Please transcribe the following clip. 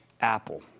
Apple